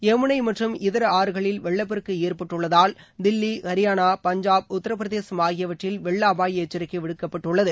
யமுனை மற்றும் இதர ஆறுகளில் வெள்ளப்பெருக்கு ஏற்பட்டுள்ளதால் தில்லி ஹரியானா பஞ்சாப் உத்திரபிரதேசம் ஆகியவற்றில் வெள்ள அபாய எச்சரிக்கை விடப்பட்டுள்ளது